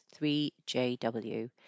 3JW